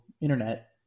internet